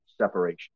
separation